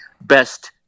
best